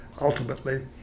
ultimately